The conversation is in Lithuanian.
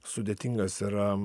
sudėtingas yra